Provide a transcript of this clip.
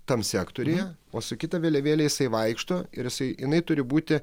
tam sektoriuje o su kita vėliavėle jisai vaikšto ir jisai jinai turi būti